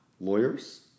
lawyers